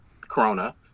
corona